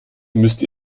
müsst